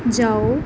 ਜਾਓ